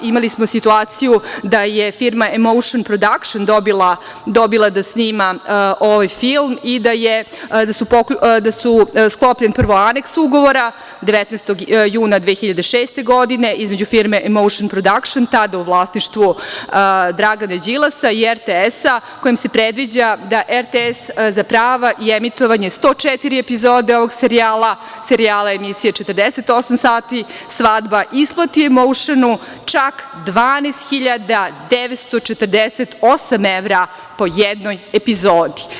Imali smo situaciju da je firma „Emoušn prodakšn“ dobila da snima ovaj film i da je sklopljen prvo Aneks ugovora, 19. juna 2006. godine, između firme „Emoušn prodakšn“, tada u vlasništvu Dragana Đilasa, i RTS, kojim se predviđa da RTS za prava i emitovanje 104 epizode ovog serijala emisije „Četrdeset osam sati svadba“ isplati „Emoušnu“ čak 12.948 evra po jednoj epizodi.